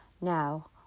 now